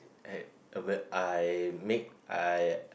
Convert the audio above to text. I I will I make I